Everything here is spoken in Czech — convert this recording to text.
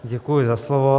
Děkuji za slovo.